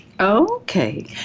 Okay